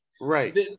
right